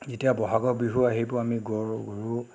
যেতিয়া ব'হাগৰ বিহু আহিব আমি গৰু